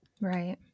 Right